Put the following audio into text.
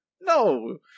No